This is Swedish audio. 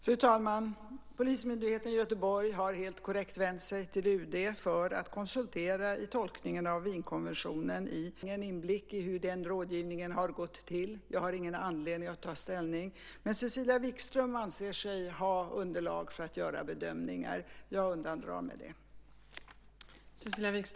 Fru talman! Polismyndigheten i Göteborg har helt korrekt vänt sig till UD för att konsultera angående tolkningen av Wienkonventionen om konsulära förbindelser. Jag har ingen inblick i hur den rådgivningen har gått till, och jag har ingen anledning att ta ställning. Cecilia Wigström anser sig ha underlag för att göra bedömningar. Jag undandrar mig det.